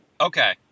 Okay